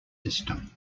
system